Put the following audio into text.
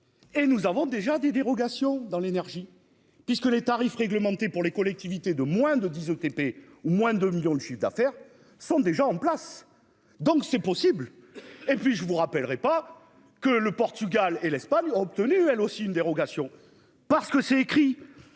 Et nous avons déjà des dérogations dans l'énergie puisque les tarifs réglementés pour les collectivités de moins de 10 ETP. Au moins 2 millions le chiffre d'affaires sont déjà en place. Donc c'est possible et puis je vous rappellerai pas que le Portugal et l'Espagne ont obtenu elle aussi une dérogation parce que c'est écrit